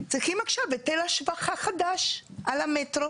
צריכים עכשיו היטל השבחה חדש על המטרו,